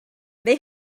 they